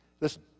Listen